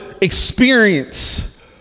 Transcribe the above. experience